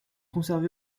conservée